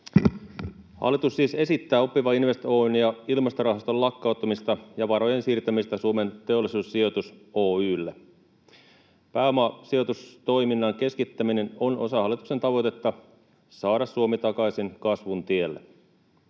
Hallitus siis esittää Oppiva Invest Oy:n ja Ilmastorahaston lakkauttamista ja varojen siirtämistä Suomen Teollisuussijoitus Oy:lle. Pääomasijoitustoiminnan keskittäminen on osa hallituksen tavoitetta saada Suomi takaisin kasvun tielle.